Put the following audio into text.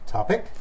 topic